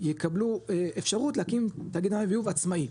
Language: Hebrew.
יקבלו אפשרות להקים תאגיד מים וביוב עצמאי,